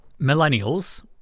millennials